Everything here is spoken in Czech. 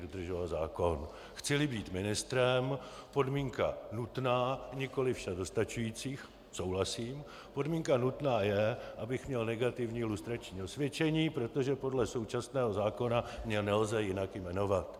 Chcili být ministrem, podmínka nutná, nikoliv však dostačující, souhlasím, podmínka nutná je, abych měl negativní lustrační osvědčení, protože podle současného zákona mě nelze jinak jmenovat.